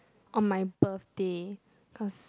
on my birthday cause